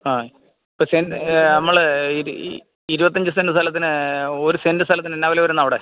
നമ്മള് ഇരുപത്തിയഞ്ച് സെൻറ് സ്ഥലത്തിന് ഒരു സെൻറ്റ് സ്ഥലത്തിന് എന്തു വിലയാണ് വരുന്നത് അവിടെ